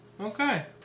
Okay